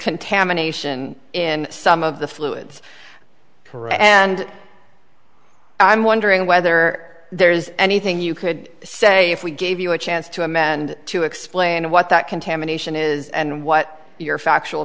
contamination in some of the fluids correct and i'm wondering whether there is anything you could say if we gave you a chance to amend to explain what that contamination is and what your factual